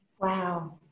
Wow